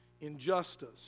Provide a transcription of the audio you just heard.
Injustice